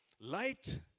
Light